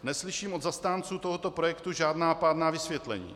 Neslyším od zastánců tohoto projektu žádná pádná vysvětlení.